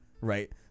right